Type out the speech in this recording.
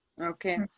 Okay